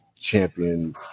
champion